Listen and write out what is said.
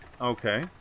Okay